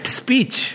speech